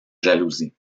jalousie